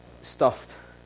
Stuffed